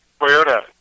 toyota